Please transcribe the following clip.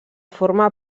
forma